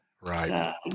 Right